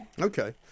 Okay